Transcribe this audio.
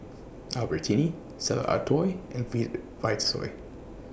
Albertini Stella Artois and Vitasoy